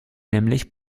nämlich